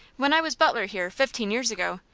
when i was butler here, fifteen years ago,